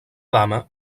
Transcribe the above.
dama